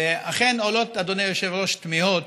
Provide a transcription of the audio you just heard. אכן עולות, אדוני היושב-ראש, תמיהות